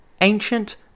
Ancient